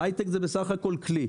ההיי-טק הוא בסך הכול כלי.